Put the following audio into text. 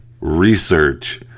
research